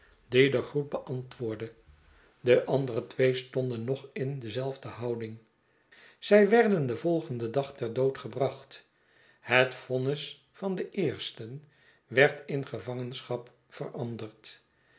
den groet beantwoordde de andere twee stonden nog in dezelfde houding zij werden den volgenden dag ter dood gebracht het vonnis van den eersten werd in gevangenschap veranderd